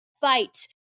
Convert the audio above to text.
fight